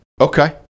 Okay